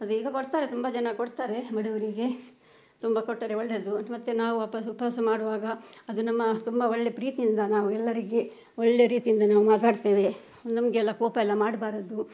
ಅದು ಈಗ ಕೊಡ್ತಾರೆ ತುಂಬ ಜನ ಕೊಡ್ತಾರೆ ಬಡವರಿಗೆ ತುಂಬ ಕೊಟ್ಟರೆ ಒಳ್ಳೇದು ಅದು ಮತ್ತೆ ನಾವು ವಾಪಸ್ಸು ಉಪವಾಸ ಮಾಡುವಾಗ ಅದು ನಮ್ಮ ತುಂಬ ಒಳ್ಳೆ ಪ್ರೀತಿಯಿಂದ ನಾವು ಎಲ್ಲರಿಗೆ ಒಳ್ಳೆ ರೀತಿಯಿಂದ ನಾವು ಮಾತಾಡ್ತೇವೆ ನಮಗೆಲ್ಲ ಕೋಪ ಎಲ್ಲ ಮಾಡ್ಬಾರ್ದು